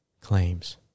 claims